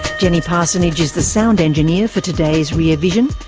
jenny parsonage is the sound engineer for today's rear vision.